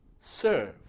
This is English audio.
serve